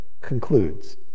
concludes